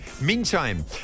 meantime